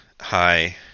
hi